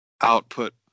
output